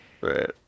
right